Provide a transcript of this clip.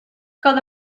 called